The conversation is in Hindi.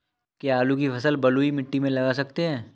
क्या आलू की फसल बलुई मिट्टी में लगा सकते हैं?